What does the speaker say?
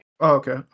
Okay